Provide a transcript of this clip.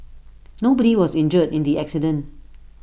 nobody was injured in the accident